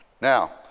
Now